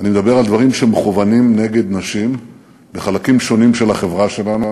אני מדבר על דברים שמכוונים נגד נשים בחלקים שונים של החברה שלנו,